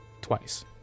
twice